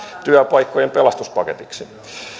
työpaikkojen pelastuspaketiksi